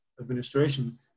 administration